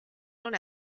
non